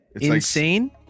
Insane